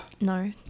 No